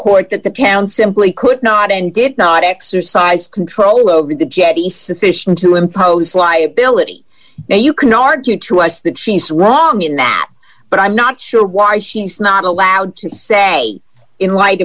court that the town simply could not and did not exercise control over the jetty sufficient to impose liability now you can argue to us that she's wrong in that but i'm not sure why she's not allowed to say in light